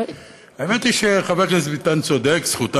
האמת היא שחבר הכנסת ביטן צודק: זכותה